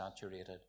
saturated